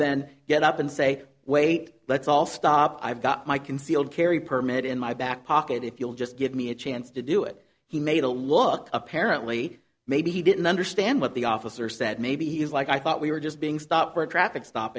then get up and say wait let's all stop i've got my concealed carry permit in my back pocket if you'll just give me a chance to do it he made a look apparently maybe he didn't understand what the officer said maybe he is like i thought we were just being stopped for a traffic stop